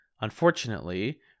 unfortunately